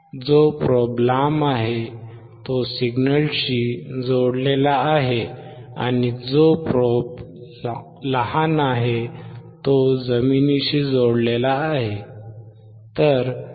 जो प्रोब लांब आहे तो सिग्नलशी जोडलेला आहे आणि जो प्रोब लहान आहे तो जमिनीशी जोडलेला आहे